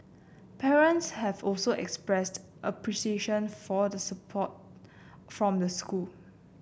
parents have also expressed appreciation for the support from the school